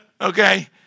okay